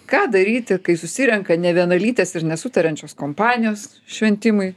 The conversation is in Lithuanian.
ką daryti kai susirenka nevienalytės ir nesutariančios kompanijos šventimui